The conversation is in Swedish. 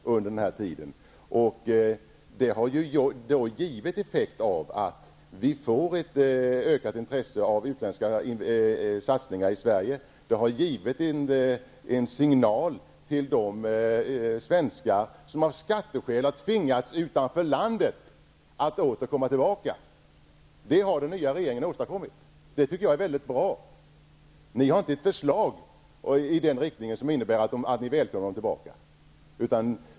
En effekt av detta har blivit ett ökat intresse för utländska satsningar i Sverige, och det har också givit en signal till de svenskar som av skatteskäl har tvingats utanför landet att åter komma tillbaka. Detta har den nya regeringen åstadkommit, och det tycker jag är väldigt bra. Ni har inte ett förslag i den riktningen, som innebär att ni välkomnar dessa svenskar tillbaka.